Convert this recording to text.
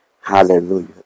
Hallelujah